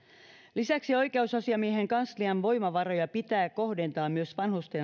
lisäksi oikeusasiamiehen kanslian voimavaroja pitää kohdentaa myös vanhusten